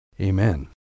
Amen